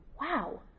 Wow